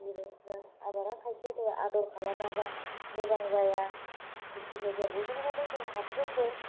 बिदिनो आबादा खायसे आदर खालामाबा मोजां जाया बेफोरबायदि आरो बेनिखायनो जों साफ्रोमबो